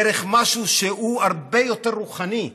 דרך משהו שהוא הרבה יותר רוחני,